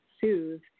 soothe